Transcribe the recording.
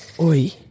oi